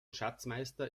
schatzmeister